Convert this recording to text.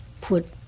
put